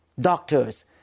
doctors